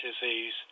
disease